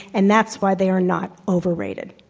and that's why they are not overrated.